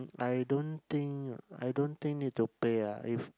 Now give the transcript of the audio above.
I don't think I don't think need to pay lah if